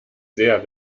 sehr